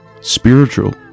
spiritual